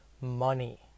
money